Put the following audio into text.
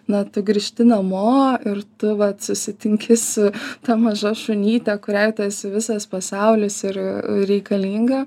na tu grįžti namo ir tu vat susitinki su ta maža šunyte kuriai tu esi visas pasaulis ir reikalinga